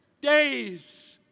days